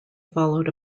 followed